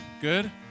good